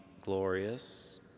glorious